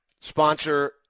sponsor